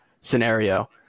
scenario